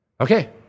Okay